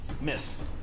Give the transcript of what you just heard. Miss